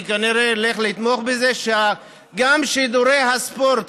אני כנראה אלך לתמוך בזה שגם שידורי הספורט,